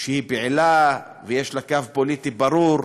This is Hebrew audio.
שהיא פעילה ויש לה קו פוליטי ברור,